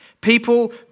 People